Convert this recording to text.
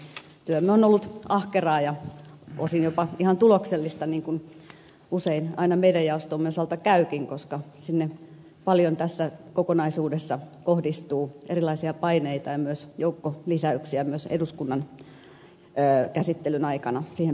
työmme on ollut ahkeraa ja osin jopa ihan tuloksellista niin kuin usein aina meidän jaostomme osalta käykin koska sinne paljon tässä kokonaisuudessa kohdistuu erilaisia paineita ja myös joukko lisäyksiä myös eduskunnan käsittelyn aikana siihen perinteisesti tulee